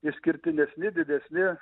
išskirtinesni didesni